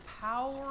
power